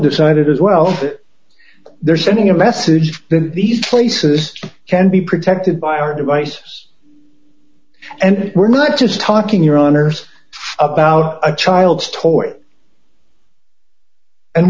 decided as well that they're sending a message to these places can be protected by our device and we're not just talking your honour's about a child's toy and